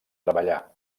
treballar